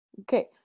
Okay